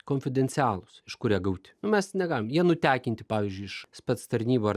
konfidencialūs iš kur jie gauti nu mes negalim jie nutekinti pavyzdžiui iš spectarnybų ar